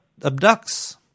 Abducts